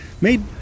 made